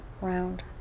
round